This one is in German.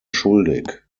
schuldig